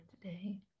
today